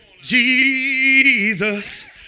Jesus